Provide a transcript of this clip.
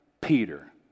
Peter